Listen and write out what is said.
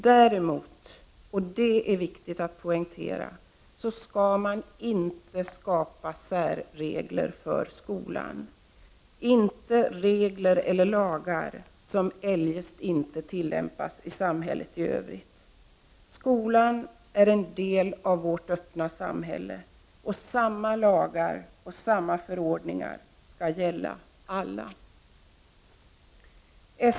Däremot — och det är viktigt att poängtera — skall man inte skapa särregler för skolan, regler eller lagar som inte tillämpas i samhället i övrigt. Skolan är en del av vårt öppna samhälle, och samma lagar och förordningar skall gälla för alla.